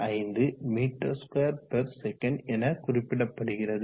6 x 10 5 m2s என குறிப்பிடப்படுகிறது